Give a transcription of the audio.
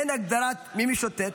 אין הגדרת מי משוטט,